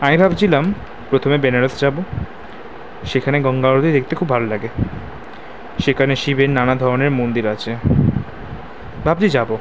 আমি ভাবছিলাম প্রথমে বেনারস যাব সেখানে গঙ্গা আরতি দেখতে খুব ভালো লাগে সেখানে শিবের নানা ধরনের মন্দির আছে ভাবছি যাব